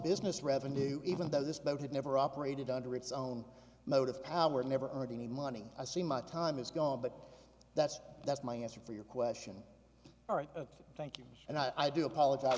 business revenue even though this boat had never operated under its own motive power never heard any money i see my time is gone but that's that's my answer for your question all right thank you and i do apologize